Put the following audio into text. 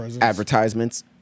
advertisements